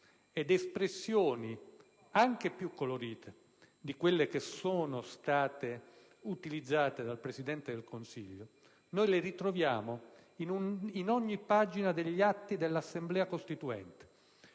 ed espressioni anche più colorite di quelle che sono state utilizzate dal Presidente del Consiglio le ritroviamo in ogni pagina degli atti dell'Assemblea costituente,